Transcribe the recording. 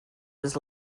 was